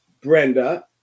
Brenda